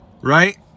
right